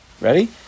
ready